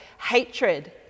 Hatred